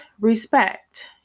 respect